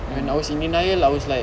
and when I was in denial I was like